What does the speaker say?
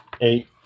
Eight